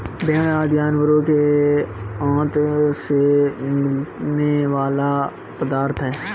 भेंड़ आदि जानवरों के आँत से मिलने वाला पदार्थ है